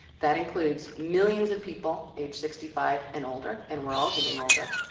that includes millions of people age sixty five and older. and we're all getting older,